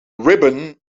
ribbon